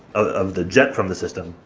of the jet from the system,